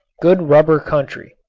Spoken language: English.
good rubber country.